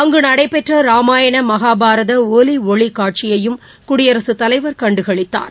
அங்குநடைபெற்றராமாயணமகாபாரதஒலிஒளிகாட்சியையும் குடியரசுத் தலைவர் கண்டுகளித்தார்